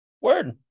Word